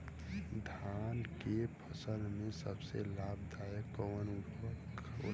धान के फसल में सबसे लाभ दायक कवन उर्वरक होला?